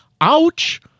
Ouch